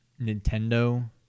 Nintendo